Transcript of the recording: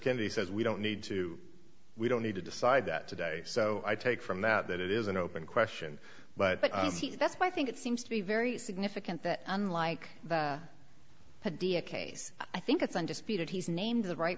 kennedy says we don't need to we don't need to decide that today so i take from that that it is an open question but that's why i think it seems to be very significant that unlike the padilla case i think it's undisputed he's named the right